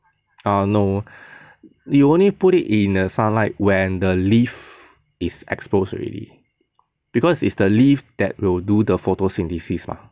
err no you only put it in the sunlight when the leaf is exposed already because is the leaf that will do the photosynthesis mah